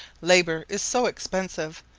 labour is so expensive,